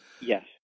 Yes